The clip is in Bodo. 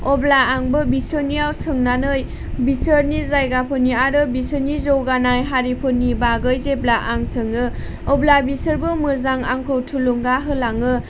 अब्ला आंबो बिसोरनियाव सोंनानै बिसोरनि जायगाफोरनि आरो बिसोरनि जौगानाय हारिफोरनि बागै जेब्ला आं सोङो अब्ला बिसोरबो मोजां आंखौ थुलुंगा होलाङो